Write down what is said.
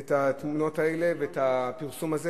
את התמונות האלה ואת הפרסום הזה.